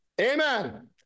Amen